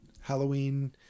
Halloween